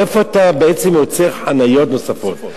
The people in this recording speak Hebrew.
מאיפה אתה יוצר חניות נוספות?